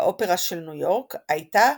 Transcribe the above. באופרה של ניו יורק, הייתה